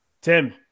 Tim